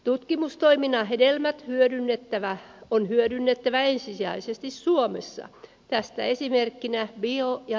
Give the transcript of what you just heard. tutkimustoiminnan hedelmät hyödynnettävää on hyödynnettävä ensisijaisesti suomessa tästä esimerkkinä bio ja